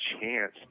chance